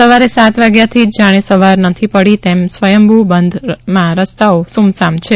સવારે સાત વાગ્યાથી જ જાણે સવાર પડી નથી તેમ સ્વયંભુ બંધમાં રસ્તાઓ સૂમસામ છે